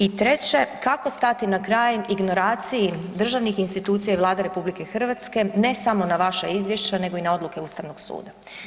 I treće, kako stati na kraj ignoranciji državnih institucija i Vlade RH ne samo na vaša izvješća nego i na odluke Ustavnog suda?